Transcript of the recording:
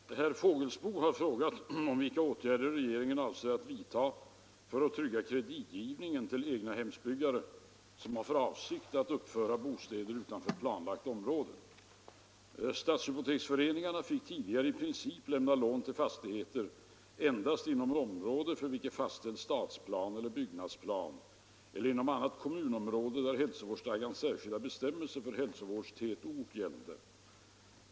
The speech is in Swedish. Herr talman! Herr Fågelsbo har frågat mig om vilka åtgärder regeringen avser att vidta för att trygga kreditgivningen till egnahemsbyggare, som har för avsikt att uppföra bostäder utanför planlagt område. Stadshypoteksföreningarna fick tidigare i princip lämna lån till fastigheter endast inom område för vilket fastställts stadsplan eller byggnadsplan eller inom annat kommunområde där hälsovårdsstadgans särskilda bestämmelser för hälsovårdstätort gällde.